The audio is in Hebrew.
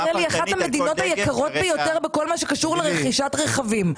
מדינת ישראל היא אחת המדינות היקרות ביותר בכל מה שקשור לרכישת רכבים.